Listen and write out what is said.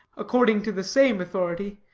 according to the same authority,